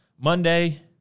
Monday